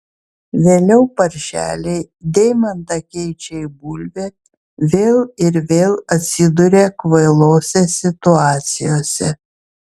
vėliau paršeliai deimantą keičia į bulvę vėl ir vėl atsiduria kvailose situacijose